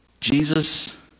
Jesus